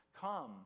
Come